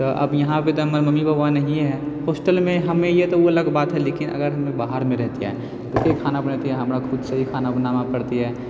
तऽ आब यहाँ पर तऽ हमर मम्मी पापा नहिए है हॉस्टलमे हमे हिए तऽ ओ अलग बात है लेकिन अगर हमे बाहरमे रहितियै तऽ के खाना बनेतिये हमरा खुदसँ ही खाना बनाबऽ पड़ितियै